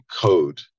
code